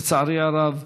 לצערי הרב,